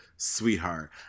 sweetheart